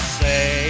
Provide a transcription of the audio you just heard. say